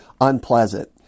unpleasant